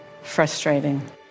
frustrating